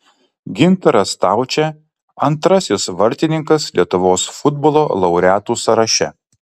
gintaras staučė antrasis vartininkas lietuvos futbolo laureatų sąraše